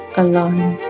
alone